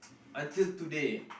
until today